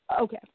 okay